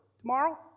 tomorrow